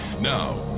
Now